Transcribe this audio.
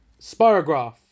Spirograph